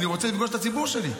אני רוצה לפגוש את הציבור שלי.